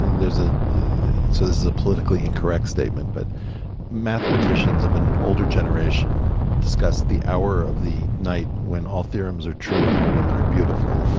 ah so this is a politically incorrect statement, but mathematicians of an older generation discuss the hour of the night when all theorems are true and all women are beautiful.